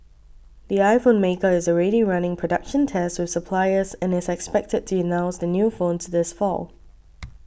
the iPhone maker is already running production tests with suppliers and is expected to announce the new phones this fall